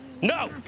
No